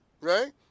right